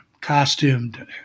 costumed